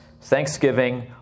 thanksgiving